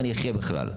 אם אני אחיה בכלל.